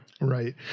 Right